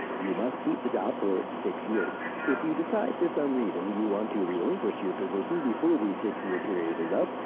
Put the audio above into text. you must keep the job for six years. if you decide for some reason you want to relinquish your position before the six year period is up,